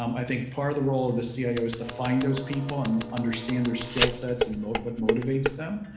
um i think part of the role of the so cio is to find those people, and understand their skill sets and what motivates them,